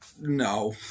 no